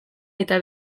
eta